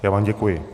Já vám děkuji.